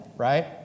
Right